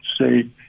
say